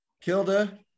Kilda